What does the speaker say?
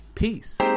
Peace